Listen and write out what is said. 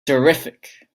terrific